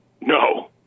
No